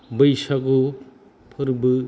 बैसागु फोरबो